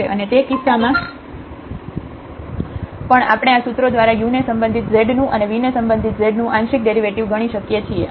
અને તે કિસ્સામાં પણ આપણેઆ સૂત્રો દ્વારા u ને સંબંધિત z નું અને v ને સંબંધિત z નું આંશિક ડેરિવેટિવ ગણી શકીએ છીએ